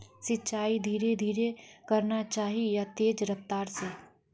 सिंचाई धीरे धीरे करना चही या तेज रफ्तार से?